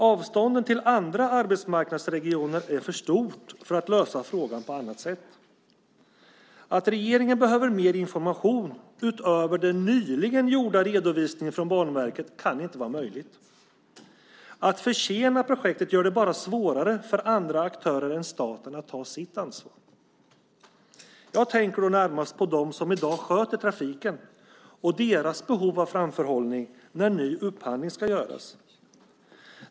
Avstånden till andra arbetsmarknadsregioner är för stora för att frågan ska kunna lösas på annat sätt. Att regeringen behöver mer information utöver den nyligen gjorda redovisningen från Banverket kan inte vara möjligt. Att försena projektet gör det bara svårare för andra aktörer än staten att ta sitt ansvar. Jag tänker då närmast på dem som i dag sköter trafiken och deras behov av framförhållning när ny upphandling ska göras.